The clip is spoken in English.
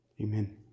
amen